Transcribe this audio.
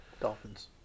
Dolphins